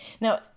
Now